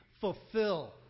fulfill